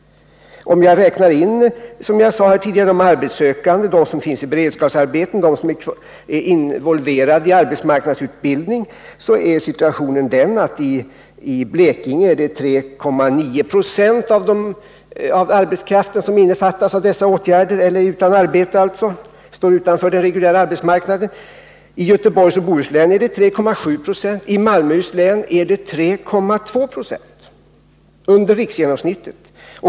Om jag räknar in — som jag sade tidigare — de arbetssökande, de som finns i beredskapsarbeten, de som är involverade i arbetsmarknadsutbildning, så är situationen den att i Blekinge är det 3,9 90 av arbetskraften som omfattas av dessa åtgärder och alltså är utan arbete, står utanför den reguljära arbetsmarknaden. I Göteborgs och Bohus län är det 3,7 20, i Malmöhus län 3,2 90 — under riksgenomsnittet.